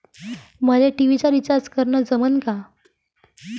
मले टी.व्ही चा रिचार्ज करन जमन का?